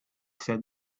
said